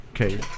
Okay